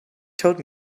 told